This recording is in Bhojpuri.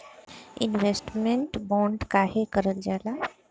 इन्वेस्टमेंट बोंड काहे कारल जाला?